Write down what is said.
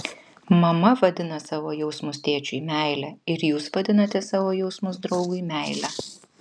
mama vadina savo jausmus tėčiui meile ir jūs vadinate savo jausmus draugui meile